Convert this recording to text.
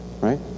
Right